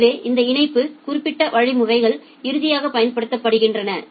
எனவே இந்த இணைப்பு குறிப்பிட்ட வழிமுறைகள் இறுதியாகப் பயன்படுத்தப்படுகின்றன